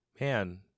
man